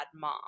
mom